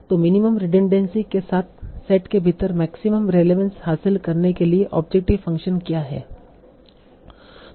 तो minimum redundancy के साथ सेट के भीतर मैक्सिमम रेलेवंस हासिल करने के लिए ऑब्जेक्टिव फंक्शन क्या है